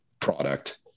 product